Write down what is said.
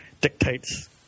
dictates